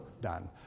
done